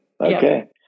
Okay